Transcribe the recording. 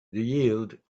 yield